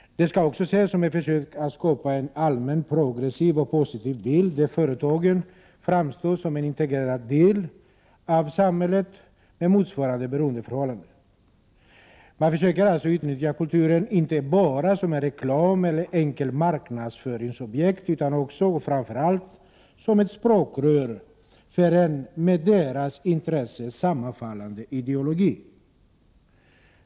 Det skall också ses som ett försök att skapa en allmänt progressiv och positiv bild, där företagen framstår som en integrerad del av samhället med motsvarande beroendeförhållanden. Man försöker alltså utnyttja kulturen, inte bara som ett reklameller enkelt marknadsföringsobjekt utan också och framför allt som ett språkrör för en med kapitalets intresse sammanfallande ideologi.